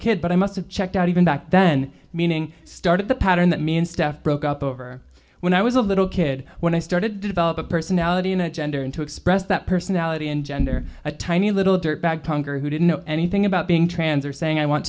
kid but i must've checked out even back then meaning started the pattern that mean steph broke up over when i was a little kid when i started to develop a personality and gender and to express that personality in gender a tiny little dirtbag congar who didn't know anything about being trans or saying i want